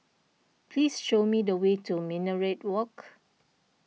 please show me the way to Minaret Walk